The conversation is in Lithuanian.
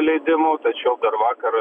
leidimų tačiau dar vakar